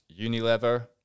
Unilever